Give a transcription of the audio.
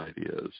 ideas